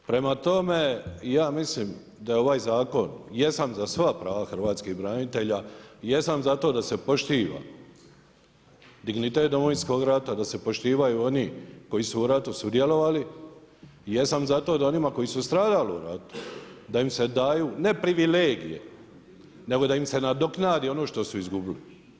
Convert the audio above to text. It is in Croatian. Prema tome, ja mislim da je ovaj zakon, jesam za sva prava hrvatskih branitelja, jesam za to da se poštiva dignitet Domovinskog rata, da se poštivaju oni koji su u ratu sudjelovali, jesam za to da onima koji su stradali u ratu da im se daju ne privilegije, nego da im se nadoknadi ono što su izgubili.